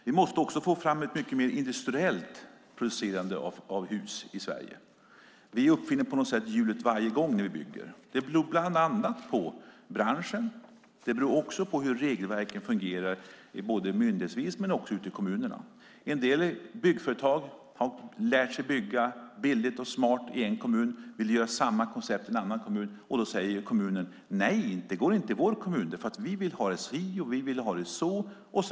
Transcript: Vi måste också få fram ett mycket mer industriellt producerande av hus i Sverige. Vi uppfinner på något sätt hjulet varje gång när vi bygger. Det beror bland annat på branschen och hur regelverken fungerar hos myndigheterna och ute i kommunerna. En del byggföretag har lärt sig bygga billigt och smart i en kommun. De vill använda samma koncept i en annan kommun, och då säger kommunen: Nej, det går inte i vår kommun. Vi vill ha det si och så.